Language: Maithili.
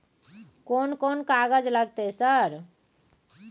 कोन कौन कागज लगतै है सर?